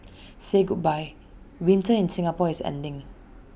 say goodbye winter in Singapore is ending